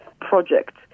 project